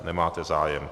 Nemáte zájem.